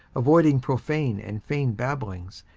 avoiding profane and vain babblings,